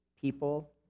people